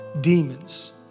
demons